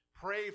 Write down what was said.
Pray